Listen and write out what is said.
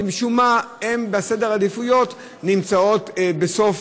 שמשום מה בסדר העדיפויות הן נמצאות בסוף